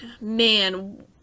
man